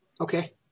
Okay